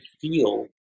feel